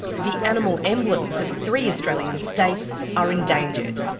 the animal emblems of three australian states are endangered.